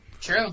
True